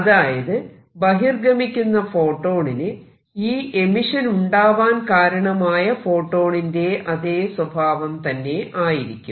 അതായത് ബഹിർഗമിക്കുന്ന ഫോട്ടോണിന് ഈ എമിഷനുണ്ടാവാൻ കാരണമായ ഫോട്ടോണിന്റെ അതെ സ്വഭാവം തന്നെ ആയിരിക്കും